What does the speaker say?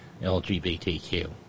LGBTQ